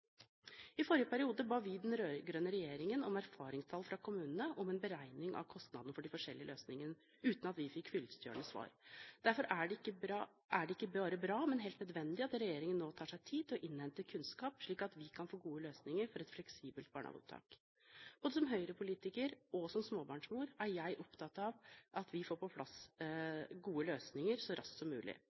I forrige periode ba vi den rød-grønne regjeringen om erfaringstall fra kommunene og om en beregning av kostnadene for de forskjellige løsningene, uten at vi fikk fyllestgjørende svar. Derfor er det ikke bare bra, men helt nødvendig at regjeringen nå tar seg tid til å innhente kunnskap, slik at vi kan få gode løsninger for et fleksibelt barnehageopptak. Både som Høyre-politiker og som småbarnsmor er jeg opptatt av at vi får på plass gode løsninger så raskt som mulig,